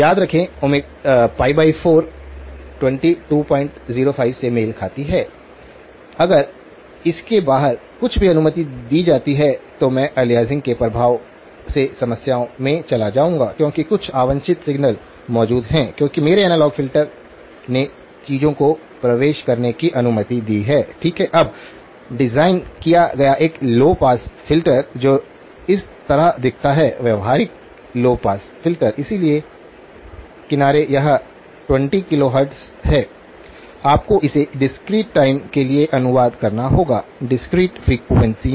याद रखें 4 2205 से मेल खाती है अगर इसके बाहर कुछ भी अनुमति दी जाती है तो मैं अलियासिंग के प्रभाव से समस्याओं में चला जाऊंगा क्योंकि कुछ अवांछित सिग्नल मौजूद हैं क्योंकि मेरे एनालॉग फ़िल्टर ने चीजों को प्रवेश करने की अनुमति दी है ठीक है अब डिज़ाइन किया गया एक लौ पास फ़िल्टर जो इस तरह दिखता है व्यावहारिक लौ पास फ़िल्टर इसलिए किनारे यह 20 किलोहर्ट्ज़ है आपको इसे डिस्क्रीट टाइम के लिए अनुवाद करना होगा डिस्क्रीट फ्रीक्वेंसीयों